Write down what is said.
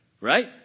Right